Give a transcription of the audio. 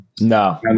No